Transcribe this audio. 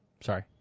Sorry